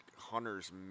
hunter's